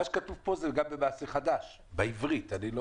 מה שכתוב פה, זה גם במעשה חדש, בעברית.